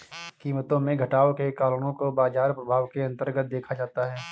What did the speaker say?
कीमतों में घटाव के कारणों को बाजार प्रभाव के अन्तर्गत देखा जाता है